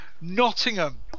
Nottingham